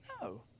No